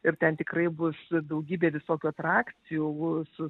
ir ten tikrai bus daugybė visokių atrakcijų bus